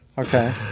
okay